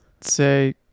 say